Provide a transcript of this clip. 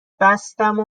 بستم